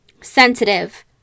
sensitive